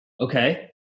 Okay